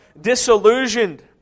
disillusioned